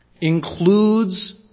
includes